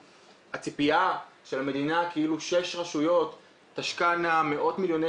הציפייה של המדינה כאילו שש רשויות תשקענה מאות מיליוני